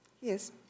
Yes